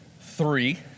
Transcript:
three